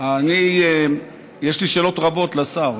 יש לי שאלות רבות לשר.